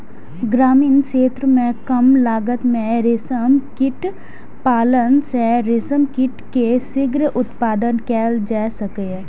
ग्रामीण क्षेत्र मे कम लागत मे रेशम कीट पालन सं रेशम कीट के शीघ्र उत्पादन कैल जा सकैए